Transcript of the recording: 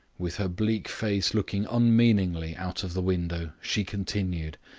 with her bleak face looking unmeaningly out of the window, she continued,